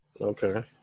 okay